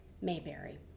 Mayberry